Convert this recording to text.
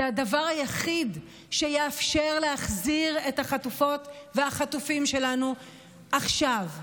זה הדבר היחיד שיאפשר להחזיר את החטופות והחטופים שלנו עכשיו,